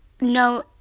no